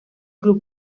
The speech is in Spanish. club